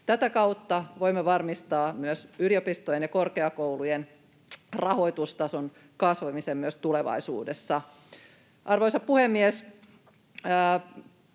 Tätä kautta voimme varmistaa yliopistojen ja korkeakoulujen rahoitustason kasvamisen myös tulevaisuudessa. Arvoisa puhemies!